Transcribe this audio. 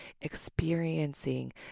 experiencing